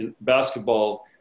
basketball